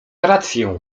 rację